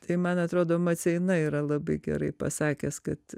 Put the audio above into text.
tai man atrodo maceina yra labai gerai pasakęs kad